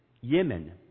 Yemen